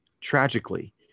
Tragically